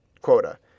quota